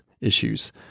issues